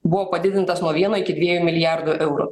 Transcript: buvo padidintas nuo vieno iki dviejų milijardų eurų